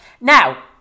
now